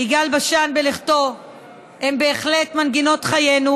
יגאל בשן בלכתו הן בהחלט מנגינות חיינו,